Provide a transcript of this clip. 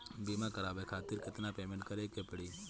बीमा करावे खातिर केतना पेमेंट करे के पड़ी?